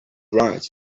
rights